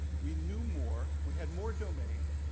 we knew more, we had more domain,